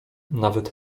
nawet